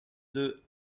deux